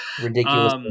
Ridiculous